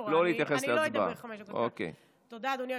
אדוני היושב-ראש.